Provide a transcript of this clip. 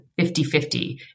50-50